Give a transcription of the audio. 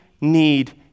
need